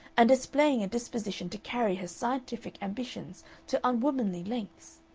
and displaying a disposition to carry her scientific ambitions to unwomanly lengths.